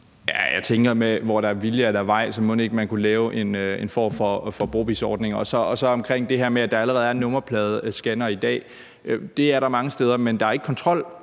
Jeg tænker, at hvor der er vilje, er der vej, så mon ikke man kunne lave en form for brobizzordning. Til det her med, at der allerede er nummerpladescannere i dag, vil jeg sige, at det er der mange steder, men der er ikke kontrol